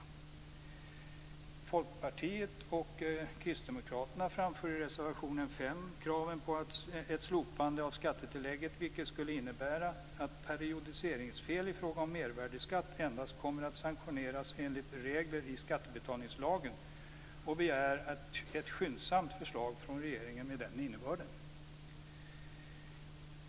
Folkpartiet och Kristdemokraterna framför i reservation 5 krav på ett slopande av skattetillägget, vilket skulle innebära att periodiseringsfel i fråga om mervärdesskatt endast kommer att sanktioneras enligt regler i skattebetalningslagen. De begär ett skyndsamt förslag från regeringen med den innebörden.